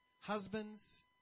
Husbands